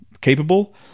capable